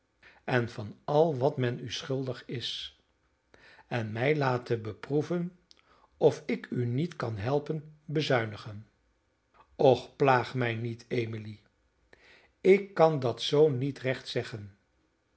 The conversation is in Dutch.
en van al wat men u schuldig is en mij laten beproeven of ik u niet kan helpen bezuinigen och plaag mij niet emily ik kan dat zoo niet recht zeggen